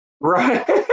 Right